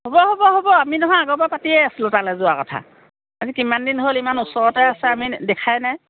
হ'ব হ'ব হ'ব আমি নহয় আগৰ পৰা পাতিয়েই আছোঁ তালে যোৱা কথা আজি কিমান দিন হ'ল ইমান ওচৰতে আছে আমি দেখাই নাই